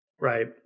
Right